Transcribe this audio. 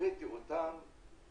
ליוויתי אותם